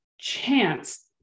chance